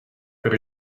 per